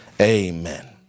Amen